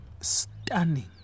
stunning